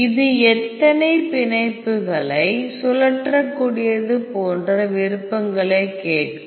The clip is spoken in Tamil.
இது எத்தனை பிணைப்புகளை சுழற்றக்கூடியது போன்ற விருப்பங்களைக் கேட்கும்